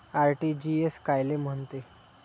RTGS कायले म्हनते?